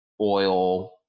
oil